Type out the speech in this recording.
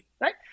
Right